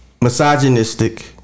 misogynistic